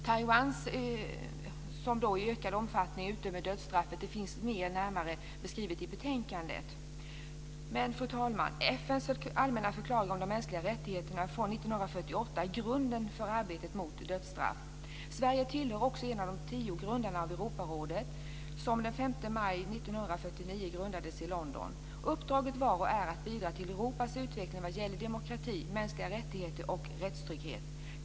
Taiwan utdömer i ökad omfattning dödsstraff vilket finns närmare beskrivet i betänkandet. Fru talman! FN:s allmänna förklaring om de mänskliga rättigheterna från 1948 är grunden för arbetet mot dödsstraff. Sverige är en av de tio grundarna av Europarådet, som den 5 maj 1949 grundades i London. Uppdraget var och är att bidra till Europas utveckling vad gäller demokrati, mänskliga rättigheter och rättstrygghet.